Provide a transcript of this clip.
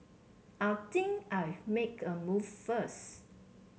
I think I'll make a move first